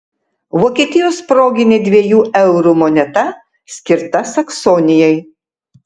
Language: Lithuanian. vokietijos proginė dviejų eurų moneta skirta saksonijai